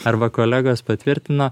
arba kolegos patvirtino